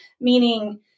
meaning